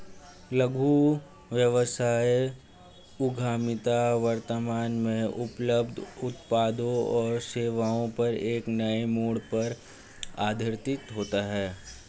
लघु व्यवसाय उद्यमिता वर्तमान में उपलब्ध उत्पादों और सेवाओं पर एक नए मोड़ पर आधारित होता है